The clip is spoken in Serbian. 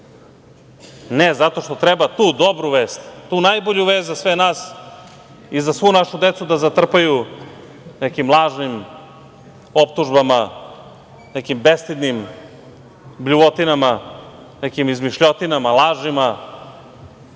Ne, zato što treba tu dobru vest, tu najbolju vest za sve nas i za svu našu decu da zatrpaju nekim lažnim optužbama, nekim bestidnim bljuvotinama, nekim izmišljotinama, lažima